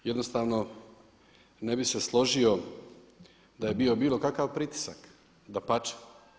Jednostavno ne bih se složio da je bio bilo kakav pritisak, dapače.